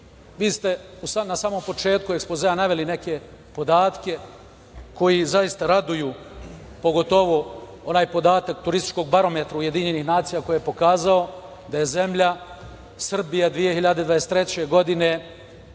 Vi ste na samom početku ekspozea naveli neke podatke koji zaista raduju, pogotovo onaj podatak turističkog barometra UN koji je pokazao da je zemlja Srbija 2023. godine